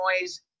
noise